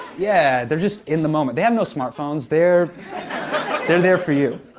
yeah, they're just in the moment. they have no smartphones. they're they're there for you.